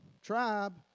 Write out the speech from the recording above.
tribe